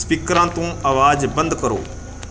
ਸਪੀਕਰਾਂ ਤੋਂ ਆਵਾਜ਼ ਬੰਦ ਕਰੋ